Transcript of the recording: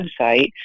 website